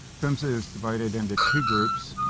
phmsa is divided into two groups,